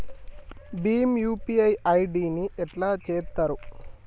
Bhim UPI ID ని ఎట్లా చేత్తరు?